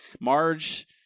Marge